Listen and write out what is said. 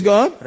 God